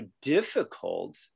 difficult